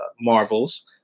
Marvels